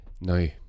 No